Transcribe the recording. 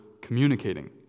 communicating